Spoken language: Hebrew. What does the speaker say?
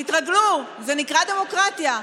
תתרגלו, זה נקרא דמוקרטיה.